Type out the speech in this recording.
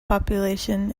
population